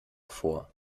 vor